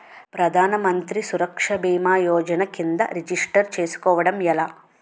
ప్రధాన మంత్రి సురక్ష భీమా యోజన కిందా రిజిస్టర్ చేసుకోవటం ఎలా?